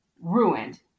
ruined